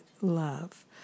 love